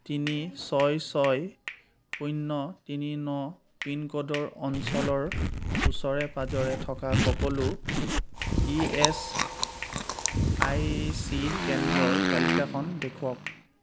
তিনি ছয় ছয় শূন্য় তিনি ন পিনক'ডৰ অঞ্চলৰ ওচৰে পাঁজৰে থকা সকলো ই এচ আই চি কেন্দ্ৰৰ তালিকাখন দেখুৱাওক